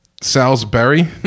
Salisbury